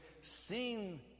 seen